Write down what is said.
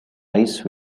ice